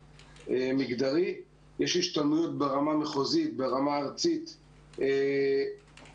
יש השתלמויות ברמה המחוזית והארצית בכל נושא השוויון המגדרי,